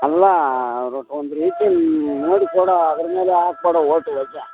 ಅಲ್ಲ ಅವ್ರು ಒಂದು ರೀತಿ ನೋಡಿ ಕೊಡು ಅದ್ರ ಮೇಲೆ ಹಾಕ್ಬೇಡ